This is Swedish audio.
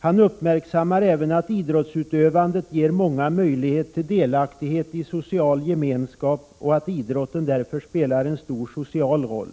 Han uppmärksammar även att idrottsutövandet ger många möjligheter till delaktighet i social gemenskap, och att idrotten därför spelar en viktig social roll.